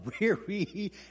weary